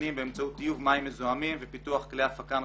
הזמינים באמצעות טיוב מים מזוהמים ופיקוח כלי הפקה נוספים.